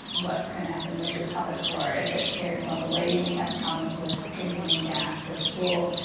what's gonna happen with your pelvic floor. if it tears all the way, you may have problems with containing gas or stool.